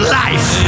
life